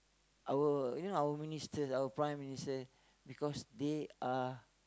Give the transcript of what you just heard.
our you know our minister our Prime-Minister because they are